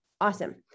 awesome